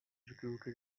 recruited